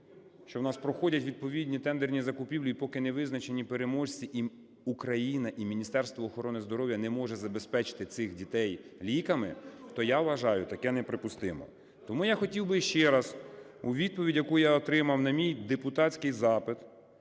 у нас ще проходять відповідні тендерні закупівлі і поки не визначені переможці, Україна і Міністерство охорони здоров'я не може забезпечити цих дітей ліками, то я вважаю, таке неприпустимо. Тому я хотів би ще раз у відповідь, яку я отримав на мій депутатський запит,